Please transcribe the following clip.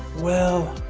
well,